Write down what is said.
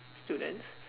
students